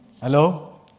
Hello